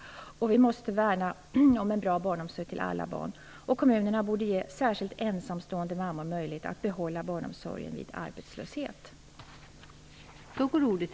Vi måste värna om en bra barnomsorg till alla barn. Kommunerna borde ge särskilt ensamstående mammor möjlighet att behålla barnomsorgen vid arbetslöshet.